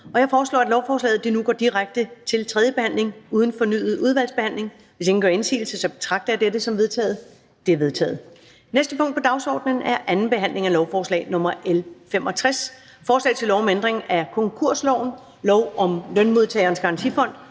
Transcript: Jeg foreslår, at lovforslaget nu går direkte til tredje behandling uden fornyet udvalgsbehandling. Hvis ingen gør indsigelse, betragter jeg dette som vedtaget. Det er vedtaget. --- Det næste punkt på dagsordenen er: 19) 2. behandling af lovforslag nr. L 65: Forslag til lov om ændring af konkursloven, lov om Lønmodtagernes Garantifond